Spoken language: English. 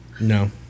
no